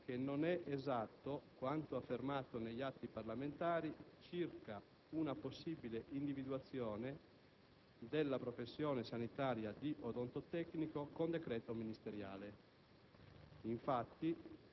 Sottolineo che non è esatto quanto affermato negli atti parlamentari circa una possibile individuazione della professione sanitaria di odontotecnico con decreto ministeriale;